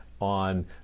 on